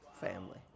family